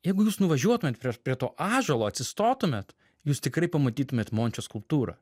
jeigu jūs nuvažiuotumėt prie prie to ąžuolo atsistotumėt jūs tikrai pamatytumėt mončio skulptūrą